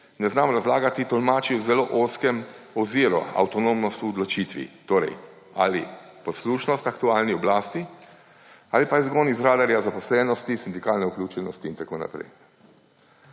ne znam razlagati, tolmači v zelo ozkem oziru, avtonomnost v odločitvi – torej, ali poslušnost aktualni oblasti ali izgon iz radarja zaposlenosti, sindikalne vključenosti in tako naprej.